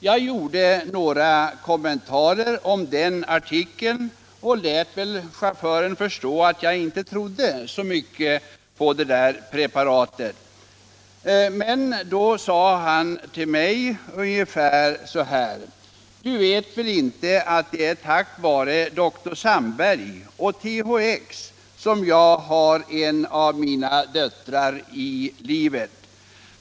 Jag gjorde några kommentarer om artikeln och lät väl chauffören förstå att jag inte trodde så mycket på det där preparatet. Då sade han till mig ungefär så här: Du vet väl inte att det är tack vare dr Sandberg och THX som jag har en av mina döttrar i livet?